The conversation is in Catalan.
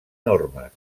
normes